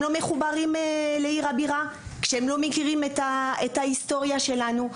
לא מחוברים בכלל לעיר הבירה ולא מכירים את ההיסטוריה שלנו?